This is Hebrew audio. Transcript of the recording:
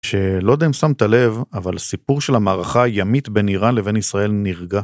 שלא יודע אם שמת לב אבל סיפור של המערכה הימית בין איראן לבין ישראל נרגע.